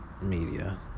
Media